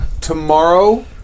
tomorrow